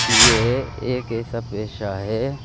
یہ ایک ایسا پیشہ ہے